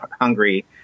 Hungary